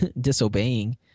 disobeying